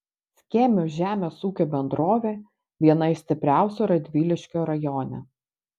skėmių žemės ūkio bendrovė viena iš stipriausių radviliškio rajone